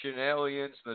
aliens